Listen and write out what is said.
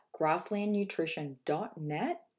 grasslandnutrition.net